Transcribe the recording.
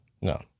No